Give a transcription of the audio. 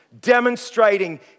demonstrating